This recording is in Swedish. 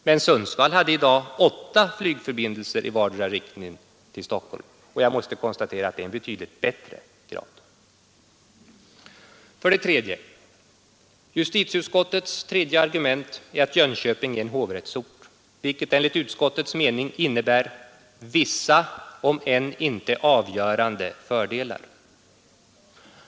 Men Sundsvall hade i dag åtta flygförbindelser i vardera riktningen med Stockholm, och jag måste konstatera att det är en betydligt högre kommunikationsgrad. Justitieutskottets tredje argument är att Jönköping är en hovrättsort, vilket enligt utskottets mening innebär ”vissa om än inte avgörande fördelar”.